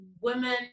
women